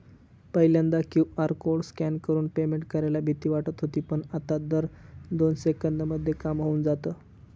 पहिल्यांदा QR code scan करून payment करायला भीती वाटत होती पण, आता तर दोन सेकंदांमध्ये काम होऊन जातं